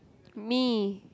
me